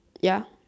ya